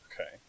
Okay